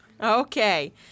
Okay